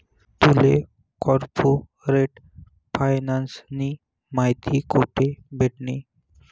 तुले कार्पोरेट फायनान्सनी माहिती कोठे भेटनी?